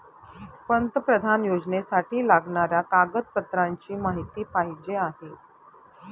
पंतप्रधान योजनेसाठी लागणाऱ्या कागदपत्रांची माहिती पाहिजे आहे